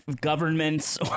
governments